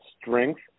strength